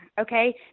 okay